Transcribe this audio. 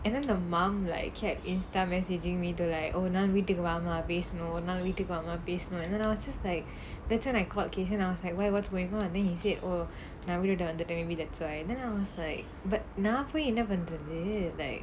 and then the mum like kept Instagram messaging me to like ஒரு நாள் வீட்டுக்கு வாமா பேசணும் ஒரு நாள் வீட்டுக்கு வாமா பேசணும்:oru naal veettukku vaamaa pesanum oru naal veettukku vaamaa pesanum then I was just like that's when I called kayshen I was like why what's going on then he said oh நான் வீட்டைவிட்டு வந்துட்டேன்:naan veetaivittu vanthuttaen that's why then I was like but நான் போய் என்ன பண்றது:naan poi enna pandrathu like